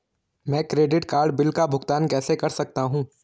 मैं credit card bill का भुगतान कैसे कर सकता हूं?